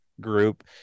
group